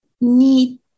need